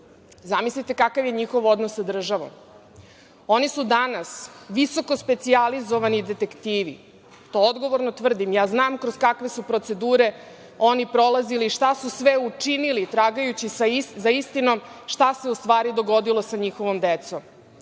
Zamislite kakav je njihov odnos sa državom. Oni su danas visokospecijalizovani detektivi, to odgovorno tvrdim. Ja znam kroz kakve su procedure oni prolazili i šta su sve učinili tragajući za istinom šta se u stvari dogodilo sa njihovom